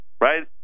right